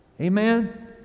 Amen